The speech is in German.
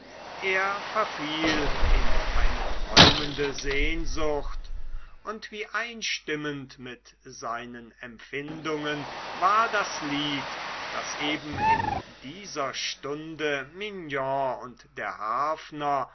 er verfiel in eine träumende sehnsucht und wie einstimmend mit seinen empfindungen war das lied das eben in dieser stunde mignon und der harfner